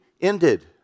ended